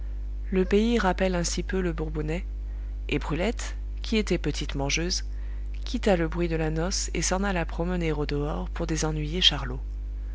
le pays rappelle un si peu le bourbonnais et brulette qui était petite mangeuse quitta le bruit de la noce et s'en alla promener au dehors pour désennuyer charlot